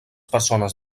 persones